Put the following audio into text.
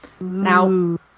Now